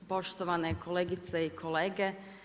Poštovane kolegice i kolege.